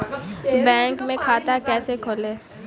Bank में खाता कैसे खोलें?